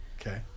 okay